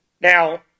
Now